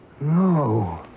No